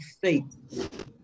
faith